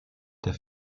der